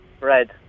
red